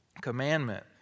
commandment